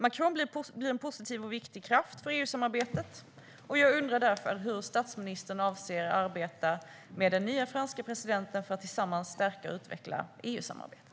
Macron blir en positiv och viktig kraft för EU-samarbetet. Jag undrar därför hur statsministern avser att arbeta med den nye franske presidenten för att tillsammans stärka och utveckla EU-samarbetet.